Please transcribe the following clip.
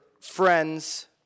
friends